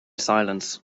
silence